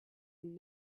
and